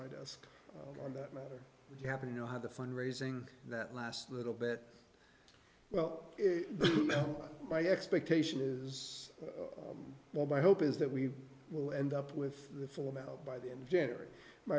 my desk on that matter if you happen to know how the fund raising that last little bit well my expectation is what my hope is that we will end up with the full amount by the end of january my